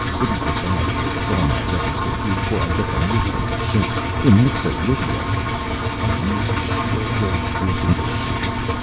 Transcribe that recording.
it is the bad phase all my writers go through before i get them whipped into shape. in mixo-lydia are you sure he'll whip into shape?